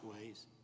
ways